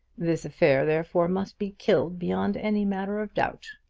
this affair, therefore, must be killed beyond any manner of doubt.